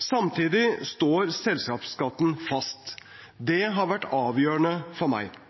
Samtidig står selskapsskatten fast, og det har vært avgjørende for meg.